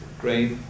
great